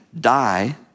die